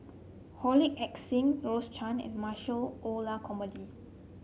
Wong Heck Sing Rose Chan and Michael Olcomendy